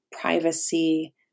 privacy